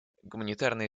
гуманитарная